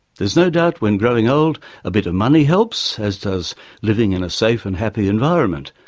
there is no doubt when growing old a bit of money helps, as does living in a safe and happy environment.